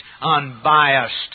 unbiased